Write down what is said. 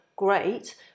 great